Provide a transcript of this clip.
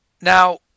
Now